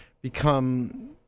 become